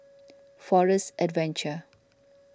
Forest Adventure